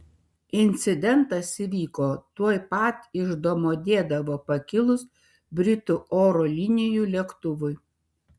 incidentas įvyko tuoj pat iš domodedovo pakilus britų oro linijų lėktuvui